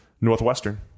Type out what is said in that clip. Northwestern